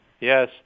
Yes